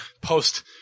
post